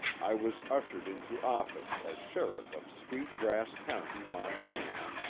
i was ushered into office as sheriff of sweet grass county, montana,